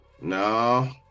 No